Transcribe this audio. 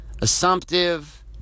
assumptive